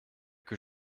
que